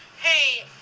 hey